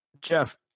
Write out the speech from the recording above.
Jeff